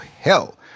hell